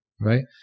Right